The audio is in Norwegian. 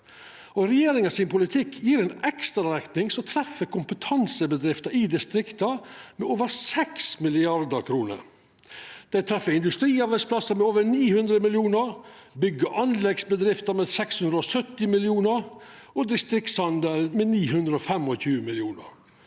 Regjeringa sin politikk gjev ei ekstrarekning som treffer kompetansebedrifter i distrikta med over 6 mrd. kr. Det treffer industriarbeidsplassar med over 900 mill. kr, bygg- og anleggsbedrifter med 670 mill. kr og distriktshandelen med 925 mill.